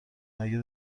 مگه